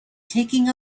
taking